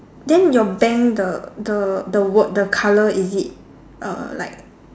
then your bank the the the word the colour is it uh like